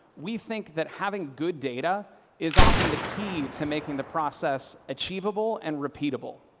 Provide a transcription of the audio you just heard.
we think that having good data is often the key to making the process achievable and repeatable.